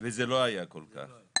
וזה לא היה כל כך.